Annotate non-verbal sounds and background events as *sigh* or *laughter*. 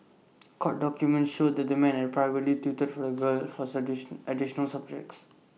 *noise* court documents showed that the man had privately tutored for A girl for *unintelligible* additional subjects